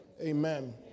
amen